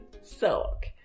silk